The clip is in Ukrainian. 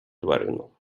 тварину